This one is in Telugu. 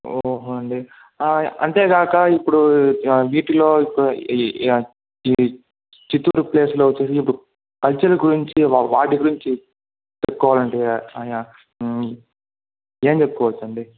ఓహో అండి అంతేగాక ఇప్పుడూ వీటిలో చిత్తూరు ప్లేస్లో వచ్చేసి కల్చురల్ గురించి వాటి గురించి చెప్పుకోవాలంటే ఏం చెప్పుకోవచ్చండి